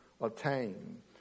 attain